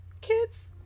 kids